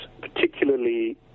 particularly